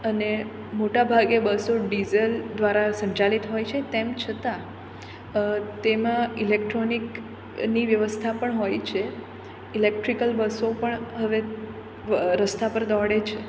અને મોટા ભાગે બસો ડીઝલ દ્વારા સંચાલિત હોય છે તેમ છતાં તેમાં ઈલેક્ટ્રોનિકની વ્યવસ્થા પણ હોય છે ઇલેક્ટ્રિકલ બસો પણ હવે રસ્તા પર દોડે છે